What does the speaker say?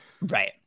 Right